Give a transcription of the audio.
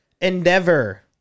Endeavor